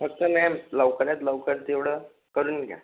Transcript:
फक्त मॅम लवकरात लवकर तेवढं करून घ्या